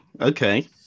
okay